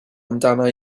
amdana